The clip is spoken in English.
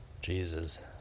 Jesus